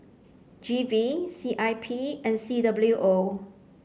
G V C I P and C W O